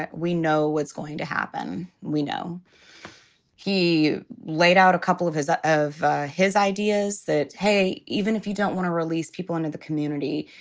we know what's going to happen. we know he laid out a couple of his of his ideas that, hey, even if you don't want to release people into the community,